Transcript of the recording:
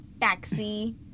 taxi